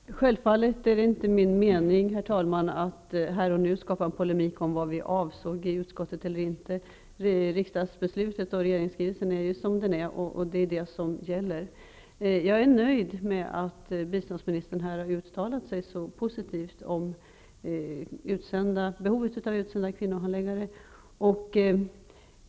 Her talman! Självfallet är det inte min mening, herr talman, att här och nu skapa en polemik om vad vi avsåg eller inte i utskottet. Riksdagsbeslutet och regeringsskrivelsen är som de är, och det är detta som gäller. Jag är nöjd med att biståndsministern här har uttalat sig så positivt om behovet av utsända kvinnohandläggare.